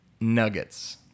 Nuggets